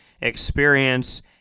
experience